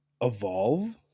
evolve